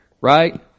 Right